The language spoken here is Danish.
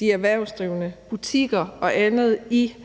de erhvervsdrivende, butikker og andet, i at